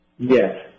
Yes